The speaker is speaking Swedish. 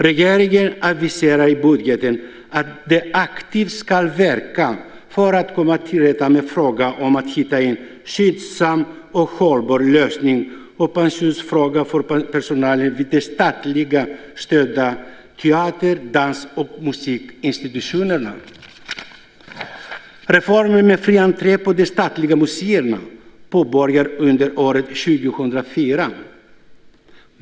Regeringen aviserar i budgeten att den aktivt ska verka för att komma till rätta med frågan om att hitta en skyndsam och hållbar lösning på pensionsfrågan för personalen vid de statligt stödda teater-, dans och musikinstitutionerna. Reformen med fri entré på de statliga museerna påbörjas under år 2004.